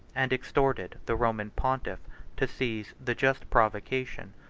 and exhorted the roman pontiff to seize the just provocation,